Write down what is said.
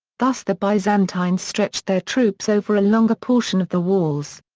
thus the byzantines stretched their troops over a longer portion of the walls.